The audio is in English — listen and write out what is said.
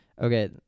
Okay